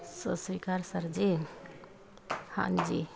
ਸਤਿ ਸ਼੍ਰੀ ਅਕਾਲ ਸਰ ਜੀ ਹਾਂਜੀ